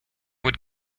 would